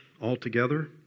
altogether